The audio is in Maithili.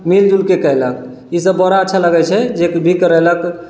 मिलिजुलिके केलक ईसब बड़ा अच्छा लगै छै जे भी करेलक